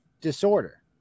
disorder